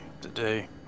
today